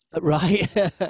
right